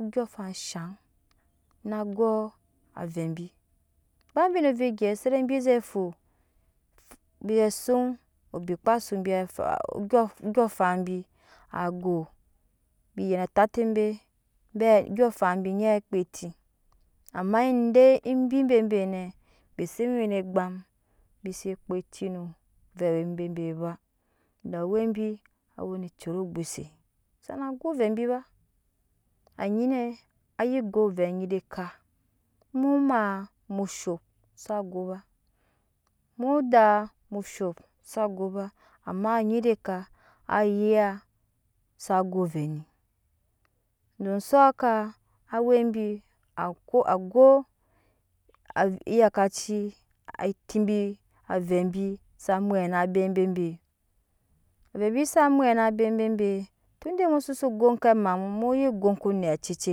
endyɔɔŋafan shaŋ na go avɛ bi ba bi o ovɛ gyɛ se de bi ze fu bize suŋ obi kpaa su bi afan bi e suuŋ obi kpaa su bi afaan andyɔɔafan bi ago biyen ta te be bɛ ansyɔɔŋafan binge kpaa eti ama de ebi bebe nɛ bise wene egbam bi se kpa eti no ovɛe̱ bebe ba awɛ bi awene cuok ogbuse sana go ovɛ bi ba anyine anyi go ovɛ nyi ede eka mu amaa mu shop sa go bs mmu daa mushop shop sa go nyi de ka ayiya sa go ovɛ ni awɛ bi ako ago avɛ eyakaci eti bi avɛ bi sa met na abem bi bebe tunde mu sosi go ke amamu munyi go oko necece